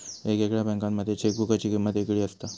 येगयेगळ्या बँकांमध्ये चेकबुकाची किमंत येगयेगळी असता